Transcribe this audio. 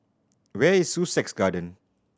where is Sussex Garden